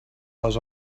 les